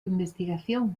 investigación